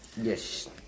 Yes